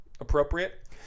appropriate